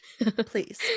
Please